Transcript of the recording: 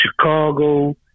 Chicago